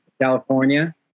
California